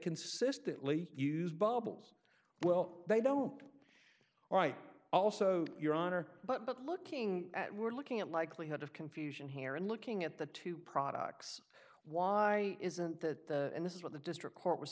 consistently use bubbles well they don't all right also your honor but looking at we're looking at likelihood of confusion here and looking at the two products why isn't that and this is what the district court was